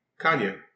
Kanye